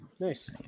Nice